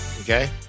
okay